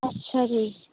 ਅੱਛਾ ਜੀ